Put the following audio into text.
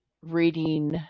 reading